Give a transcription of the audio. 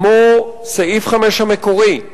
כמו סעיף 5 המקורי,